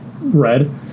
red